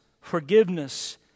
forgiveness